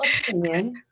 opinion